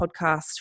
podcast